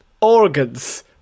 organs